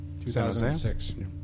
2006